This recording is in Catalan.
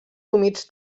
humits